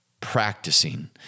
practicing